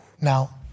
Now